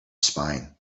spine